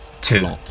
Two